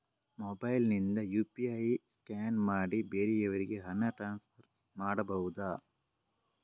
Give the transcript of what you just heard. Mobile ನಿಂದ UPI scan ಮಾಡಿ ಬೇರೆಯವರಿಗೆ ಹಣ ಟ್ರಾನ್ಸ್ಫರ್ ಮಾಡಬಹುದ?